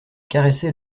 caressait